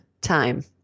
time